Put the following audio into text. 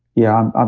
yeah. um